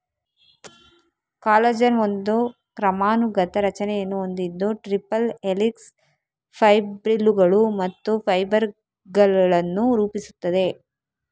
collagen ಒಂದು ಕ್ರಮಾನುಗತ ರಚನೆಯನ್ನು ಹೊಂದಿದ್ದು ಟ್ರಿಪಲ್ ಹೆಲಿಕ್ಸ್, ಫೈಬ್ರಿಲ್ಲುಗಳು ಮತ್ತು ಫೈಬರ್ ಗಳನ್ನು ರೂಪಿಸುತ್ತದೆ